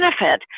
benefit